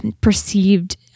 perceived